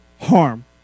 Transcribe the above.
harm